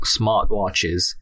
smartwatches